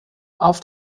auf